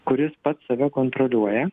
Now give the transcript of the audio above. kuris pats save kontroliuoja